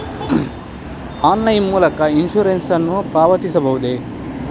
Online ಮೂಲಕ insurance ನ್ನು ಪಾವತಿಸಬಹುದೇ?